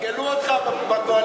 קלקלו אותך בקואליציה.